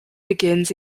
begins